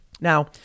Now